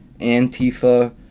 Antifa